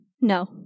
No